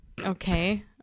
Okay